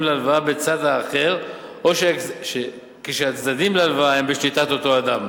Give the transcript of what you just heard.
להלוואה בצד האחר או כשהצדדים להלוואה הם בשליטת אותו אדם,